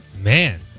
Man